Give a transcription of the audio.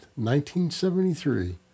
1973